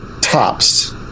tops